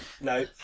No